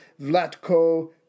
Vlatko